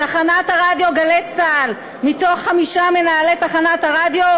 תחנת הרדיו "גלי צה"ל" מתוך חמישה מנהלי תחנת הרדיו,